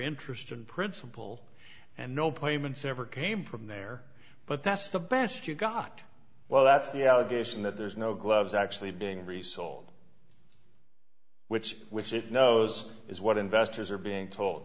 interest and principal and no plame and sever came from there but that's the best you got well that's the allegation that there's no gloves actually doing resold which is which it knows is what investors are being told